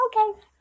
okay